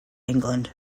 england